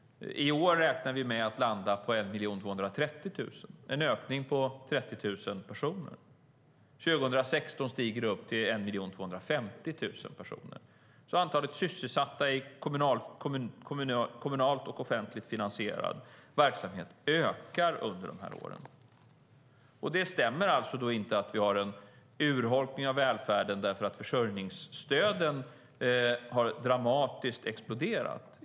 I år räknar vi med att landa på 1 230 000, en ökning med 30 000 personer. År 2016 stiger det till 1 250 000 personer. Antalet sysselsatta i kommunalt och offentligt finansierad verksamhet ökar alltså under de här åren. Det stämmer inte att vi har en urholkning av välfärden därför att försörjningsstöden skulle ha exploderat dramatiskt.